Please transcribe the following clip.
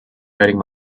hurting